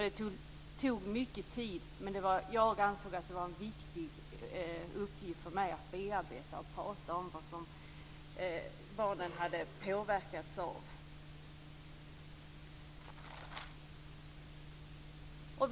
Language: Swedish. Det tog mycket tid, men jag ansåg att det var en viktig uppgift för mig att bearbeta och prata om det barnen hade påverkats av.